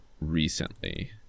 recently